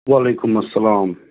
وعلیکُم اَسلام